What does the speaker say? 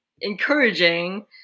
encouraging